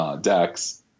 decks